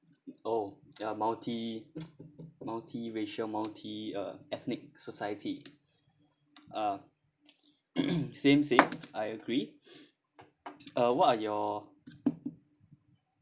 oh ya multi multiracial multi uh ethnic society ah same same I agree uh what are your